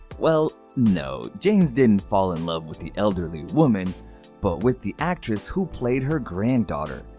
well, no, james didn't fall in love with the elderly woman, but with the actress who played her granddaughter.